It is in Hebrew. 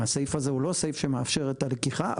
הסעיף הזה הוא לא סעיף שמאפשר את הלקיחה,